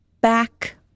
back